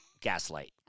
gaslight